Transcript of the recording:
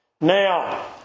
Now